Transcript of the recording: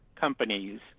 companies